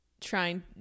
trying